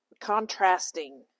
contrasting